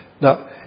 Now